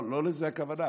לא לזה הכוונה,